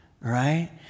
right